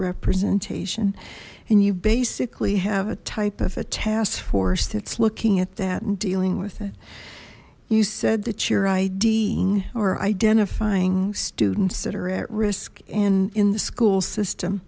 representation and you basically have a type of a task force that's looking at that and dealing with it you said that your idea or identifying students that are at risk in in the school system